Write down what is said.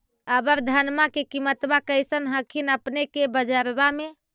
अबर धानमा के किमत्बा कैसन हखिन अपने के बजरबा में?